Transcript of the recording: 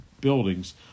buildings